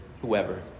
whoever